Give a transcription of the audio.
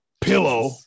pillow